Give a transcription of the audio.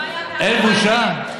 אין בושה?